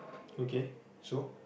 okay so